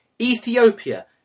Ethiopia